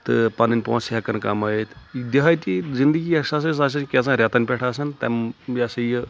تہٕ پَنٕنۍ پونٛسہٕ ہؠکَان کَمٲیِتھ دِہٲتی زندگی یۄس ہسا چھِ کیٛاہ سا رؠتَن پؠٹھ آسان تَمہِ یہِ سا یہِ